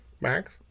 max